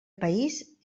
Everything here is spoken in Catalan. país